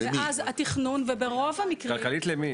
כלכלית למדינה?